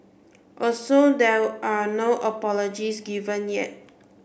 also there are no apologies given yet